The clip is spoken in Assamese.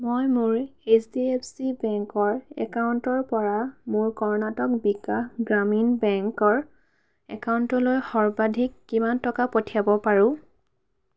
মই মোৰ এইচ ডি এফ চি বেংকৰ একাউণ্টৰ পৰা মোৰ কৰ্ণাটক বিকাশ গ্ৰামীণ বেংকৰ একাউণ্টলৈ সৰ্বাধিক কিমান টকা পঠিয়াব পাৰোঁ